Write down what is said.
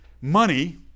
Money